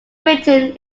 britain